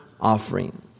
offering